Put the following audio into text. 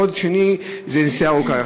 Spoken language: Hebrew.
קוד שני זה נסיעה ארוכה.